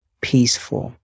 peaceful